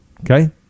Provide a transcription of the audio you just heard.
Okay